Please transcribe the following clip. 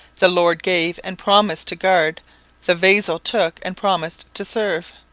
the lord gave and promised to guard the vassal took and promised to serve.